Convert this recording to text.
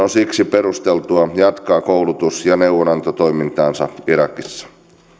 on siksi perusteltua jatkaa koulutus ja neuvonantotoimintaansa irakissa